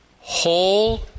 whole